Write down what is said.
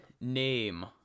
name